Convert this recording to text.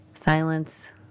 Silence